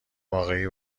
واقعی